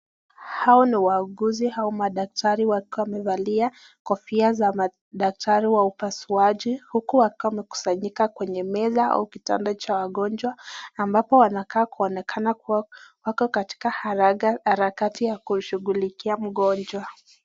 Hao ni wauguzi au madaktari wakiwa wamevalia kofia ya madaktari ya upasuaji huku wakiwa wamekusanyika kwa meza au kitanda cha wagonjwa ambapo wanakaa kuonekana kuwa wako katika harakati ya kushughulikia mgonjwa.